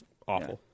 Awful